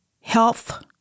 health